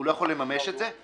הוא לא יכול לממש את זה.